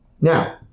Now